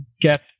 get